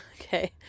okay